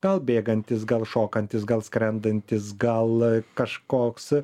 gal bėgantis gal šokantis gal skrendantis gal kažkoks